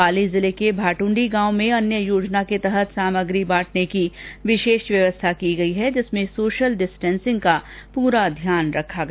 पाली जिले के भादुंडी गांव में अन्य योजना के तहत सामग्री बांटने की विशेष व्यवस्था की गई जिसमें सोशल डिस्टेसिंग का भी पूरा ध्यान रखा गया